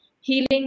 Healing